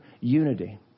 unity